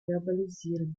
verbalisieren